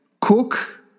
Cook